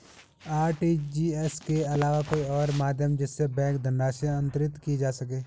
RTGS के अलावा कोई और माध्यम जिससे बैंक धनराशि अंतरित की जा सके?